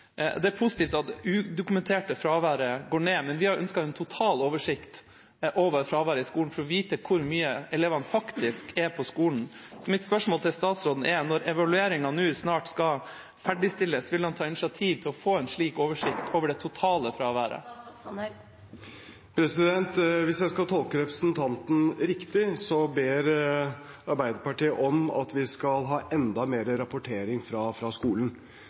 Det er positivt at det udokumenterte fraværet går ned, men vi har ønsket oss en totaloversikt over fraværet i skolen for å få vite hvor mye elevene faktisk er på skolen. Mitt spørsmål til statsråden er: Når evalueringen snart skal ferdigstilles, vil han ta initiativ til å få en slik oversikt over det totale fraværet? Hvis jeg tolker representanten Henriksen riktig, ber Arbeiderpartiet om at vi skal ha enda mer rapportering fra skolen.